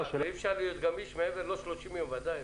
לא 30 יום, ודאי.